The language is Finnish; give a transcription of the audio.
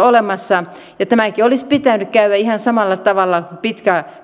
olemassa ja tässäkin olisi pitänyt käydä ihan samalla tavalla